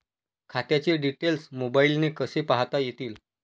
खात्याचे डिटेल्स मोबाईलने कसे पाहता येतील?